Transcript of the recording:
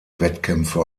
wettkämpfe